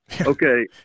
okay